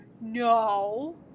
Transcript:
No